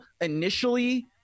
initially